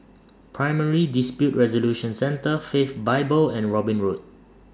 Primary Dispute Resolution Centre Faith Bible and Robin Road